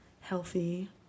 healthy